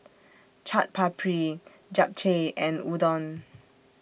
Chaat Papri Japchae and Udon